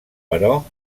però